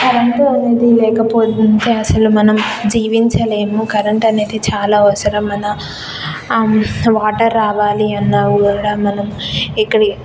current అనేది లేకపోయుంటే అసలు మనం జీవించలేము కరెంట్ అనేది చాలా అవసరం మన వాటర్ రావాలి అన్నా కూడా మనం ఇక్కడ